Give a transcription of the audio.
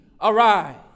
arise